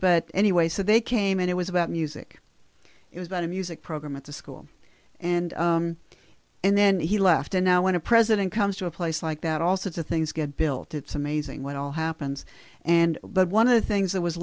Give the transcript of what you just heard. but anyway so they came in it was about music it was about a music program at the school and and then he left and now when a president comes to a place like that all sorts of things get built it's amazing what all happens and but one of the things that was